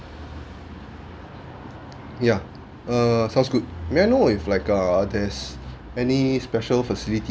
ya err sounds good may I know if like err there's any special faciliti~